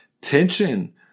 tension